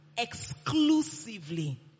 exclusively